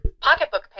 pocketbook